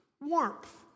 warmth